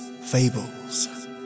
fables